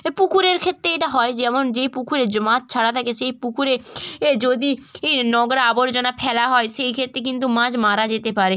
পুকুরের ক্ষেত্রে এটা হয় যেমন যেই পুকুরে মাছ ছাড়া থাকে সেই পুকুরে এ যদি ই নোংরা আবর্জনা ফেলা হয় সেই ক্ষেত্রে কিন্তু মাছ মারা যেতে পারে